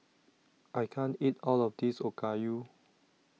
I can't eat All of This Okayu